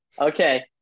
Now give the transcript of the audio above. Okay